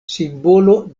simbolo